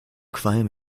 qualm